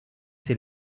she